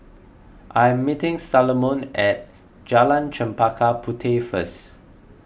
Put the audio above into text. I am meeting Salomon at Jalan Chempaka Puteh first